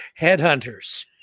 Headhunters